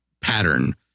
pattern